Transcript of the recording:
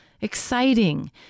exciting